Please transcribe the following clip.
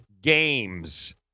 games